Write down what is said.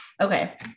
Okay